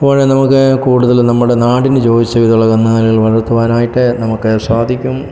അപ്പോൾ നമുക്ക് കൂടുതൽ നമ്മുടെ നാടിന് യോജിച്ച വിധമുള്ള കന്നുകാലികൾ വളർത്തുവാനായിട്ട് നമുക്ക് സാധിക്കും